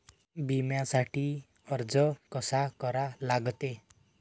बिम्यासाठी अर्ज कसा करा लागते?